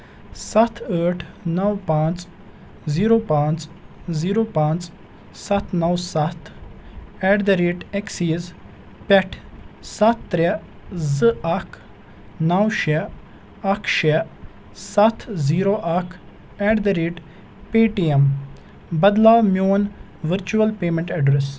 سَتھ ٲٹھ نو پانٛژھ زیٖرو پانٛژھ زیٖرو پانٛژھ سَتھ نو سَتھ ایٹ دَ ریٹ اٮ۪کسیٖز پٮ۪ٹھٕ سَتھ ترٛےٚ زٕ اکھ نو شیٚے اکھ سیٚے سَتھ زیٖرو اکھ at the rate Paytm بدلاو میٛون ؤرچُول پیمٮ۪نٛٹ ایڈریس